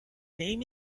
name